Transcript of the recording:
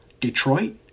Detroit